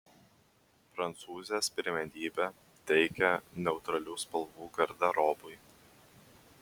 prancūzės pirmenybę teikia neutralių spalvų garderobui